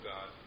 God